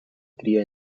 cria